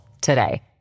today